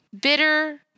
bitter